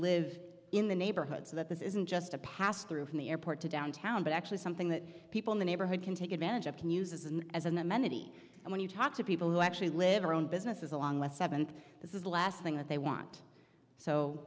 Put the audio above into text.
live in the neighborhood so that this isn't just a pass through from the airport to downtown but actually something that people in the neighborhood can take advantage of can use as an as an amenity and when you talk to people who actually live or own businesses along with seventh this is the last thing that they want so